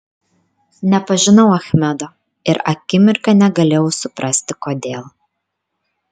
nepažinau achmedo ir akimirką negalėjau suprasti kodėl